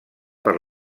per